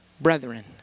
brethren